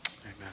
Amen